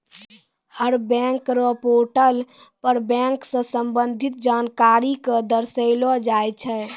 हर bank र portal पर bank स संबंधित जानकारी क दर्शैलो जाय छै